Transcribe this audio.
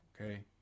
okay